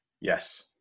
Yes